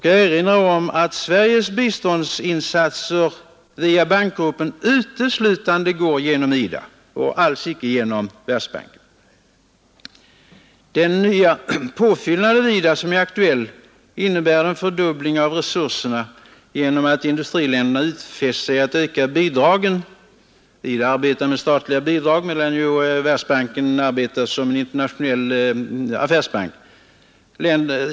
Jag erinrar om att Sveriges biståndsinsatser via Bankgruppen uteslutande går genom IDA och alls icke genom Världsbanken. Den nya påfyllnad av IDA som är aktuell innebär en fördubbling av resurserna genom att industriländerna utfäst sig att öka bidragen till IDA —- IDA arbetar med statliga bidrag, medan Världsbanken närmast arbetar som en internationell affärsbank.